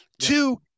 Two